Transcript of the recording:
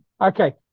okay